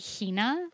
Hina